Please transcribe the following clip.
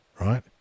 Right